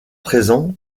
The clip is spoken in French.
présents